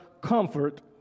comfort